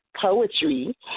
poetry